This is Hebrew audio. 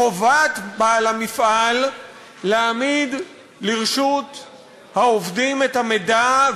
חובת בעל המפעל להעמיד לרשות העובדים את המידע,